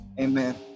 Amen